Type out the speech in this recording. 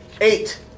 Eight